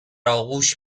آغوش